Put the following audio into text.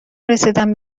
رسیدن